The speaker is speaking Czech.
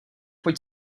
pojď